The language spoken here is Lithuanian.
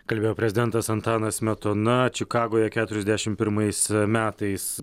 kalbėjo prezidentas antanas smetona čikagoje keturiasdešim pirmais metais